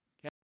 Okay